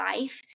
life